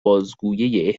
بازگویه